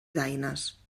daines